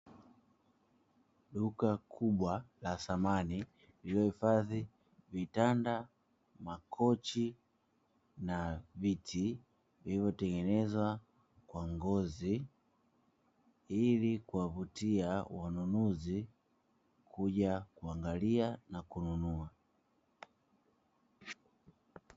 Duka kubwa la samani lililohifadhi vitanda, makochi na viti vilivyotengenezwa kwa ngozi ili kuwavutia wanunuzi kuja kuangalia na kununua.